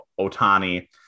Otani